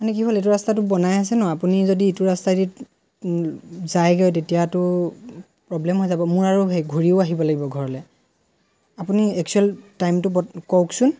মানে কি হ'ল এইটো ৰাস্তাটো বনাই আছে ন' আপুনি যদি ইটো ৰাস্তাইদি যায়গৈ তেতিয়াতো প্ৰব্লেম হৈ যাব মোৰ আৰু ঘূৰিও আহিব লাগিব ঘৰলৈ আপুনি এক্সোৱেল টাইমটো বত কওকচোন